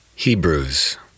Hebrews